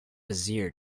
bezier